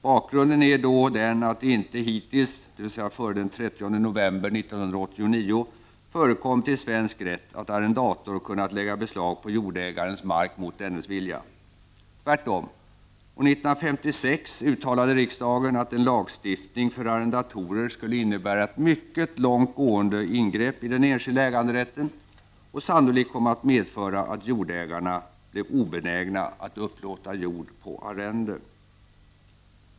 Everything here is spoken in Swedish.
Bakgrunden är att det inte hittills — dvs. före den 30 november 1989 — i svensk rätt förekommit att arrendator har kunnat lägga beslag på jordägarens mark mot dennes vilja — tvärtom. År 1956 uttalade riksdagen att en lagstiftning för arrendatorer skulle innebära ett mycket långt gående ingrepp i den enskilda äganderätten och sannolikt komma att medföra att jordägarna blev obenägna att upplåta jord på arrende.